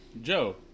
Joe